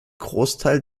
großteil